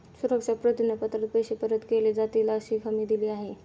सुरक्षा प्रतिज्ञा पत्रात पैसे परत केले जातीलअशी हमी दिली आहे